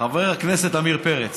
חבר הכנסת עמיר פרץ,